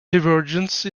divergence